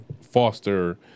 foster